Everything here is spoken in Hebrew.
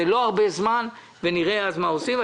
זה לא הרבה זמן ונראה אז מה עושים.